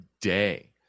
day